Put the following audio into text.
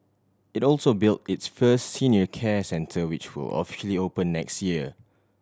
it also built its first senior care centre which will officially open next year